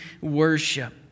worship